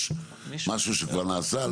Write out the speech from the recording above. יש משהו שכבר נעשה?